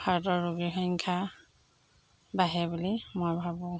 হাৰ্টৰ ৰোগীৰ সংখ্যা বাঢ়ে বুলি মই ভাবোঁ